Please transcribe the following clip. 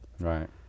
Right